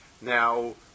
Now